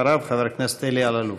אחריו, חבר הכנסת אלי אלאלוף.